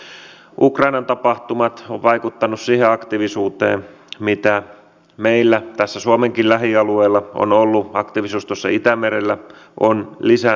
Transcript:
aktiivisella työllisyyspolitiikalla ei työttömyyttä yksin poisteta mutta voidaan ylläpitää ihmisten työkykyä estää syrjäytymistä ja katkaista työttömyyden pitkittyminen ja estää sen muuttuminen rakenteelliseksi